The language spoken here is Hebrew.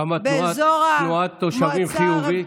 כמה תנועת תושבים חיובית,